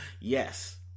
Yes